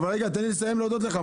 רגע, תן לי לסיים להודות לך.